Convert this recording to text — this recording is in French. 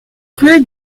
route